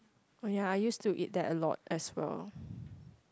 oh ya I used to eat that a lot as well